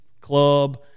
club